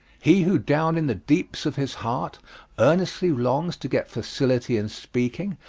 he who down in the deeps of his heart earnestly longs to get facility in speaking,